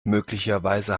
möglicherweise